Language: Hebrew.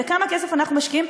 כמה כסף אנחנו משקיעים,